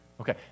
Okay